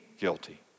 guilty